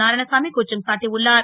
நாராயணசாமி குற்றம் சாட்டியுள்ளார்